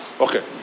Okay